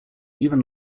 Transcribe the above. even